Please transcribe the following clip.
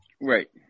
Right